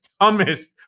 dumbest